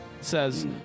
says